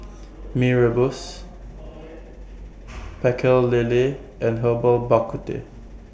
Mee Rebus Pecel Lele and Herbal Bak Ku Teh